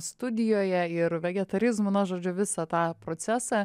studijoje ir vegetarizmu na žodžiu visą tą procesą